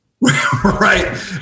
right